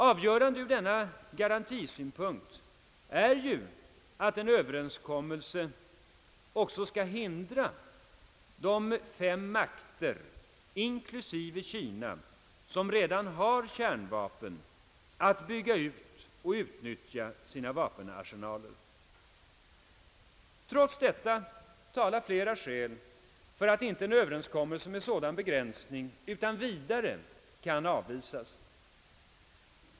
Avgörande från denna garantisynpunkt är att en överenskommelse också skall hindra de fem makter, inklusive Kina, som redan har kärnvapen, från att bygga ut och utnyttja sina vapenarsenaler. Trots detta talar flera skäl för att en överenskommelse med sådan begränsning inte utan vidare kan avvisas.